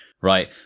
right